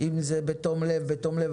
אם זה בתום לב בתום לב,